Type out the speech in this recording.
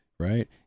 Right